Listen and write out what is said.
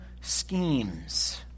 schemes